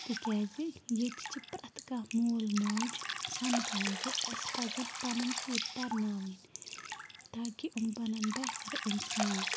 تِکیٛازِ ییٚتہِ چھِ پرٛٮ۪تھ کانٛہہ مول موج سَمجان زِ اَسہِ پَزَن پَنٕنۍ شُرۍ پَرناوٕنۍ تاکہِ یِم بَنَن بہتر اِنسان